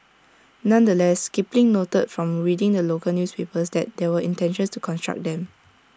nonetheless Kipling noted from reading the local newspapers that there were intentions to construct them